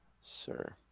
sir